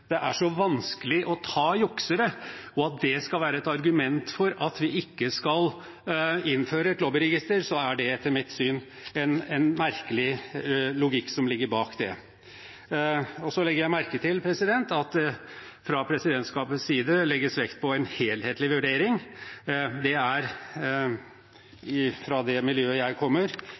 det ikke skal innføres et lobbyregister, er det etter mitt syn en merkelig logikk som ligger bak. Jeg legger merke til at det fra presidentskapets side legges vekt på en helhetlig vurdering. I miljøet jeg kommer fra, pleier det å være et tegn på at man har et dårlig argument å framføre. Jeg